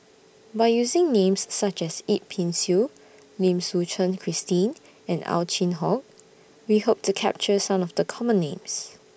By using Names such as Yip Pin Xiu Lim Suchen Christine and Ow Chin Hock We Hope to capture Some of The Common Names